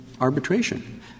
arbitration